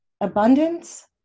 abundance